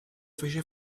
fece